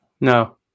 No